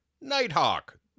Nighthawk